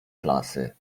klasy